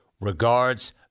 Regards